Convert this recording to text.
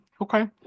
Okay